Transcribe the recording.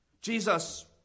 Jesus